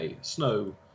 snow